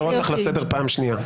אני קורא אותך לסדר פעם שנייה.